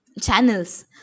channels